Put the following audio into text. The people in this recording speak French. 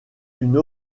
une